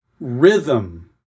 rhythm